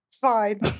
Fine